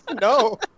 No